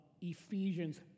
Ephesians